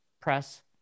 press